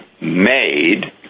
made